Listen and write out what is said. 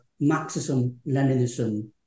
Marxism-Leninism